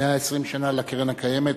120 שנה לקרן הקיימת,